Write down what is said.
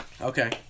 Okay